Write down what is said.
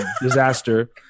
Disaster